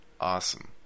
Awesome